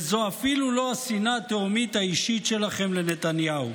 וזו אפילו לא השנאה התהומית האישית שלכם לנתניהו.